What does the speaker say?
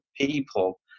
people